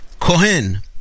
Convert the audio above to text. Kohen